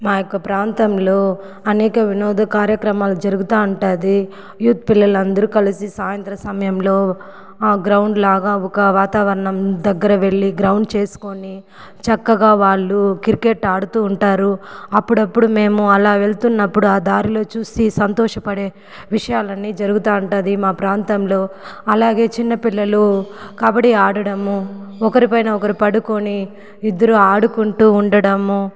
మా యొక్క ప్రాంతంలో అనేక వినోద కార్యక్రమాలు జరుగుతా ఉంటాది యూత్ పిల్లలందరూ కలిసి సాయంత్రం సమయంలో గ్రౌండ్లాగా ఒక వాతావరణం దగ్గర వెళ్లి గ్రౌండ్ చేసుకొని చక్కగా వాళ్లు క్రికెట్ ఆడుతూ ఉంటారు అప్పుడప్పుడు మేము అలా వెళ్తున్నప్పుడు ఆ దారిలో చూసి సంతోషపడే విషయాలన్నీ జరుగుతూ ఉంటుంది మా ప్రాంతంలో అలాగే చిన్న పిల్లలు కబడ్డీ ఆడడము ఒకరి పైన ఒకరు పడుకొని ఇద్దరు ఆడుకుంటూ ఉండడము